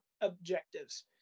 objectives